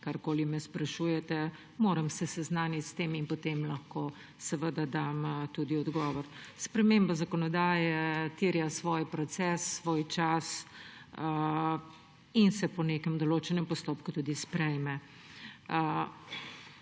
karkoli me sprašujete, se moram seznaniti s tem in potem lahko dam tudi odgovor. Sprememba zakonodaje terja svoj proces, svoj čas in se po nekem določenem postopku tudi sprejme.